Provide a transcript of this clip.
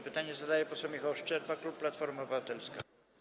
Pytanie zadaje poseł Michał Szczerba, klub Platforma Obywatelska.